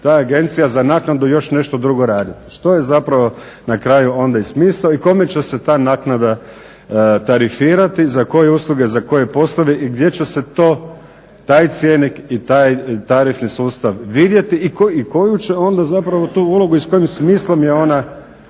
ta agencija za naknadu još nešto drugo raditi što je zapravo na kraju onda i smisao i mome će se ta naknada tarifirati, za koje usluge, za koje poslove i gdje će se to taj cjenik i tarifni sustav vidjeti i koju će tu zapravo ulogu i s kojim smislom je ona